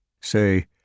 Say